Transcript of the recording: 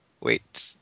wait